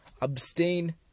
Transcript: Abstain